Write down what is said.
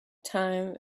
time